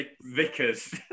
Vickers